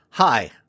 Hi